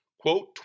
Quote